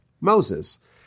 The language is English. Moses